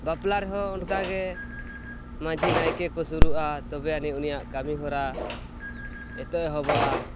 ᱵᱟᱯᱞᱟᱨᱮ ᱦᱚᱸ ᱚᱱᱠᱟᱜᱮ ᱢᱟᱹᱡᱷᱤ ᱱᱟᱭᱠᱮ ᱠᱚ ᱥᱩᱨᱩᱜᱼᱟ ᱛᱚᱵᱮ ᱜᱮ ᱩᱱᱤᱭᱟᱜ ᱠᱟᱹᱢᱤ ᱦᱚᱨᱟ ᱮᱛᱚᱦᱚᱵᱚᱜᱼᱟ